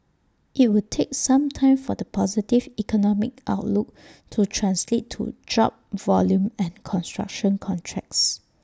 IT would take some time for the positive economic outlook to translate to job volume and construction contracts